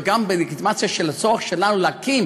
וגם בלגיטימציה של הצורך שלנו להקים